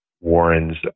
Warren's